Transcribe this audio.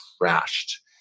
crashed